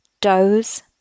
Doze